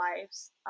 lives